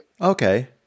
Okay